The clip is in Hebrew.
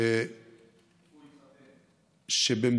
איפה הוא יתחתן?